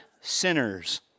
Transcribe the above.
sinners